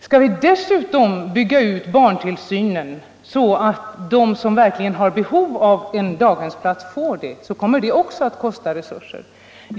Skall vi dessutom bygga ut barntillsynen så att de som verkligen har behov av en daghemsplats får det, kommer det också att kräva resurser.